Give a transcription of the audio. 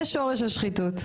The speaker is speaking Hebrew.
זה שורש השחיתות,